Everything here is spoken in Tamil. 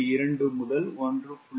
2 முதல் 1